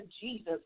Jesus